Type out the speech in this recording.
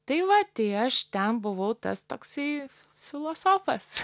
tai va tai aš ten buvau tas toksai filosofas